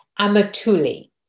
Amatuli